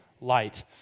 light